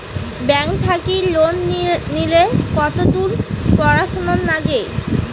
Bank থাকি loan নিলে কতদূর পড়াশুনা নাগে?